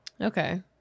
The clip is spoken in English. Okay